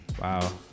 Wow